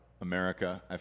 America